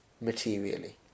materially